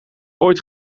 ooit